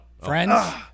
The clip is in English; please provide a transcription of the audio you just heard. Friends